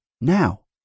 now